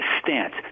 stance